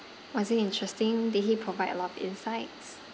was it interesting did he provide a lot of insights